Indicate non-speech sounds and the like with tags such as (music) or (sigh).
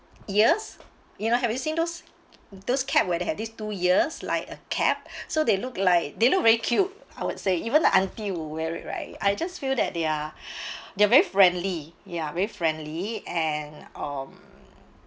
ears you know have you seen those those cat where they have these two ears like a cap (breath) so they look like they look very cute I would say even the auntie will wear it right I just feel that they are (breath) they are very friendly ya very friendly and um